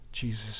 Jesus